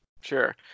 Sure